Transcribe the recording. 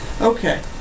Okay